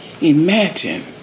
imagine